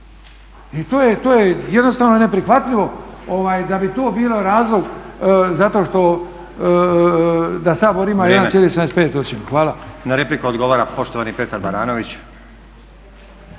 I to je jednostavno neprihvatljivo da bi to bilo razlog zato što da Sabor ima 1,75 ocjenu. Hvala. **Stazić, Nenad (SDP)** Vrijeme. Na repliku odgovara poštovani Petar Baranović.